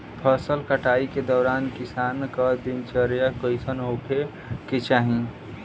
फसल कटाई के दौरान किसान क दिनचर्या कईसन होखे के चाही?